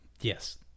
yes